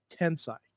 Tensai